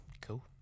Cool